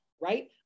right